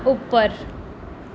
ਉੱਪਰ